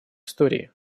истории